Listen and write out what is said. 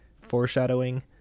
Foreshadowing